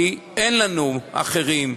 כי אין לנו אחרים,